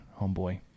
homeboy